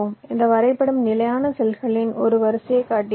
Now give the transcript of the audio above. இந்த வரைபடம் நிலையான செல்களின் ஒரு வரிசையைக் காட்டுகிறது